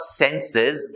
senses